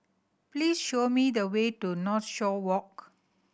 please show me the way to Northshore Walk